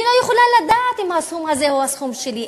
אני לא יכולה לדעת אם הסכום הזה הוא הסכום שלי,